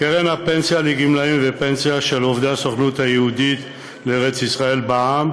"קופה לתגמולים ופנסיה של עובדי הסוכנות היהודית לארץ-ישראל בע"מ"